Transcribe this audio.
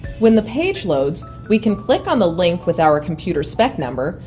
when the page loads, we can click on the link with our computer spec number,